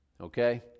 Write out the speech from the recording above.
Okay